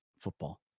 football